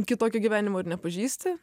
kitokio gyvenimo ir nepažįsti